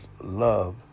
love